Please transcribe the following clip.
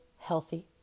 healthy